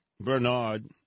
bernard